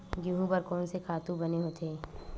गेहूं बर कोन से खातु बने होथे?